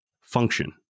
function